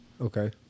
Okay